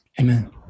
Amen